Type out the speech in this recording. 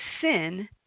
sin